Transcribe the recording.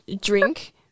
drink